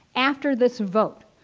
after this vote,